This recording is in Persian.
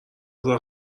اذر